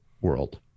world